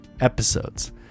episodes